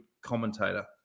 commentator